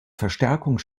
verstärkung